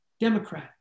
Democrat